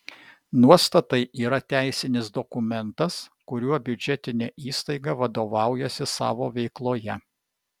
nuostatai yra teisinis dokumentas kuriuo biudžetinė įstaiga vadovaujasi savo veikloje